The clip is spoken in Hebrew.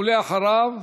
ואחריו,